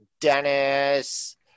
Dennis